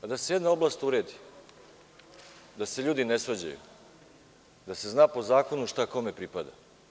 Da se jedna oblast uredi, da se ljudi ne svađaju, da se zna po zakonu šta kome pripada.